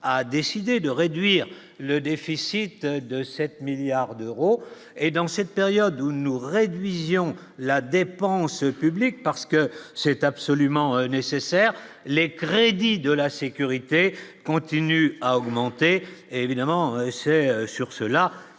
a décidé de réduire le déficit de 7 milliards d'euros et dans cette période où nous réduisions la dépense publique, parce que c'est absolument nécessaire, les crédits de la sécurité continue à augmenter, évidemment, c'est sur cela